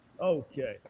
Okay